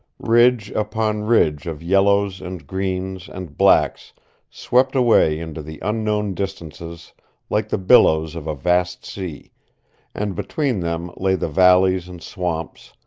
ridge upon ridge of yellows and greens and blacks swept away into the unknown distances like the billows of a vast sea and between them lay the valleys and swamps,